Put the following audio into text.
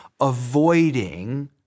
avoiding